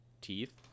teeth